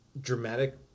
dramatic